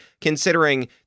considering